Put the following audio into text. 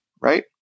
right